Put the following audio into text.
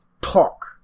talk